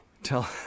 tell